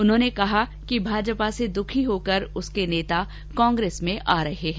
उन्होंने कहा कि भाजपा से दुखी होकर उसके नेता कांग्रेस में आ रहे हैं